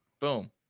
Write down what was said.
Boom